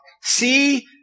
see